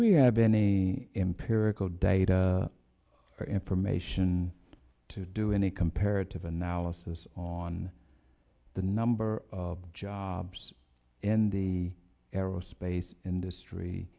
we have been the empirical data or information to do any comparative analysis on the number of jobs in the aerospace industry